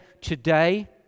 today